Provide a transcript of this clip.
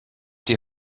die